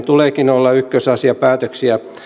tuleekin olla ykkösasia päätöksiä